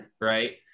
right